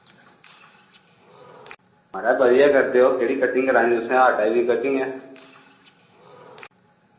माराज बधिया करदे और केह्ड़ी कटिंग करानी तुसैं हर टाइप दी कटिंग ऐ